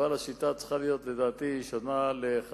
אבל לדעתי השיטה צריכה להיות שונה לחלוטין,